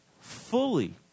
fully